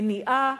מניעה,